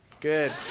Good